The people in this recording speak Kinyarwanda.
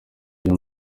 vyo